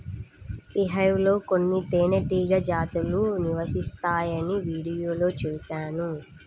beehive లో కొన్ని తేనెటీగ జాతులు నివసిస్తాయని వీడియోలో చూశాను